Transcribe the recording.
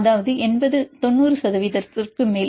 அதாவது 90 சதவீதத்திற்கு மேல்